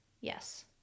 yes